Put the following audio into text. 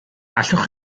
allwch